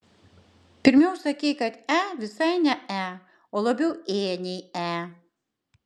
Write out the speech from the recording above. pirmiau sakei kad e visai ne e o labiau ė nei e